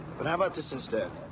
but how about this instead?